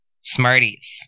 Smarties